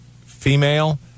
female